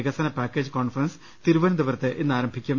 വികസന package conference തിരുവനന്തപുരത്ത് ഇന്ന് ആരംഭിക്കും